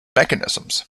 mechanisms